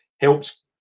helps